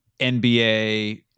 NBA